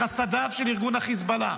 לחסדיו של ארגון חיזבאללה.